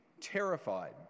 terrified